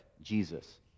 Jesus